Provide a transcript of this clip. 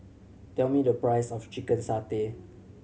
tell me the price of chicken satay